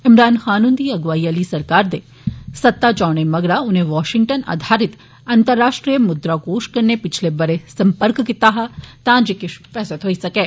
इमरान खान हुंदी अगुवाई आली सरकार दे सत्ता च औने मगरा उने वाषिंग्टन आधारित अंतर्राष्ट्रीय मुद्रा कोश कर्न्न पिछले ब'रे संपर्क कीता हा जे किष पैसा थ्होई सकै